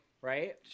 right